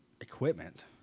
equipment